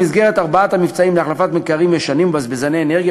במסגרת ארבעת המבצעים להחלפת מקררים ישנים בזבזני אנרגיה,